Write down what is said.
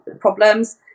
problems